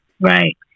right